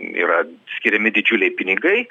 yra skiriami didžiuliai pinigai